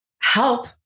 help